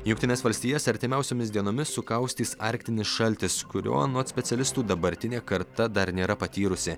jungtines valstijas artimiausiomis dienomis sukaustys arktinis šaltis kurio anot specialistų dabartinė karta dar nėra patyrusi